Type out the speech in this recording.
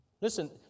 Listen